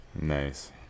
nice